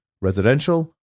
residential